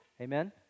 Amen